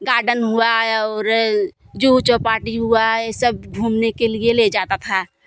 garden हुआ और जुहू चौपाटी हुआ है ये सब घूमने के लिए ले जाता था